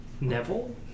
Neville